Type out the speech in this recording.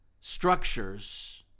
structures